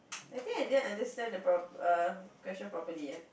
I think I didn't understand the prop~ err question properly eh